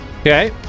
Okay